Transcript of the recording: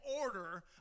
order